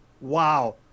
Wow